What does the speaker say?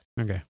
Okay